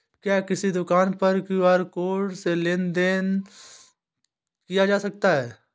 क्या किसी दुकान पर क्यू.आर कोड से लेन देन देन किया जा सकता है?